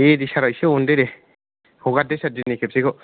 दे दे सारआ एसे अनदो दे हगारदो सार दिनै खेबसेखौ